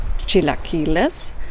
chilaquiles